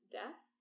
death